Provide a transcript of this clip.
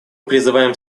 призываем